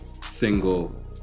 single